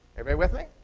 everybody with me?